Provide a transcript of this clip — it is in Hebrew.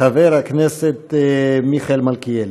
חבר הכנסת מיכאל מלכיאלי.